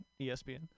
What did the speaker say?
ESPN